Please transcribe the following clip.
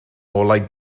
ngolau